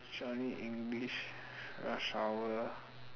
Johnny English rush hour